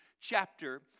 chapter